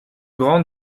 grand